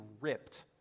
ripped